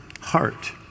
heart